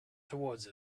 towards